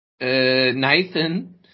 Nathan